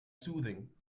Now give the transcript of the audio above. soothing